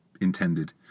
intended